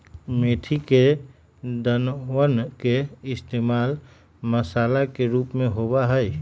मेथी के दानवन के इश्तेमाल मसाला के रूप में होबा हई